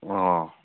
ꯑꯥ